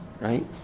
right